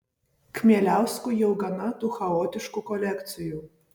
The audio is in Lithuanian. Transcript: kmieliauskui jau gana tų chaotiškų kolekcijų